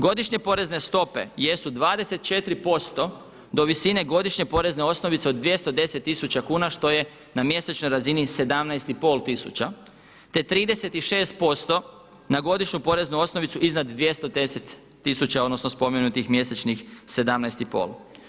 Godišnje porezne stope jesu 24 posto do visine godišnje porezne osnovice od 210 000 kuna što je na mjesečnoj razini 17 i pol tisuća, te 36% na godišnju poreznu osnovicu iznad 210 tisuća, odnosno spomenutih mjesečnih 17 i pol.